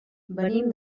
venim